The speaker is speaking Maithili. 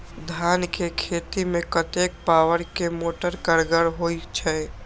धान के खेती में कतेक पावर के मोटर कारगर होई छै?